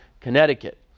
Connecticut